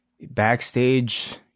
backstage